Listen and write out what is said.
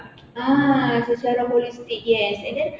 ah secara holistic yes and then